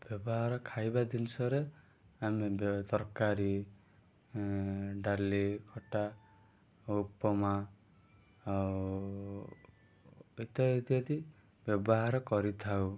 ବ୍ୟବହାର ଖାଇବା ଜିନିଷରେ ଆମେ ବେ ତରକାରୀ ଡାଲି ଖଟା ଉପମା ଆଉ ଇତ୍ୟାଦି ଇତ୍ୟାଦି ବ୍ୟବହାର କରିଥାଉ